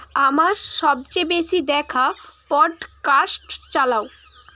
আমার সবচেয়ে বেশি দেখা পডকাস্ট চালাও